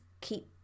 keep